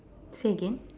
say again